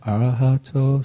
Arahato